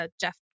Jeff